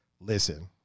Listen